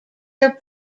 are